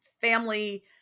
family